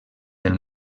del